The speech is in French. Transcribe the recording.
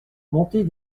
montée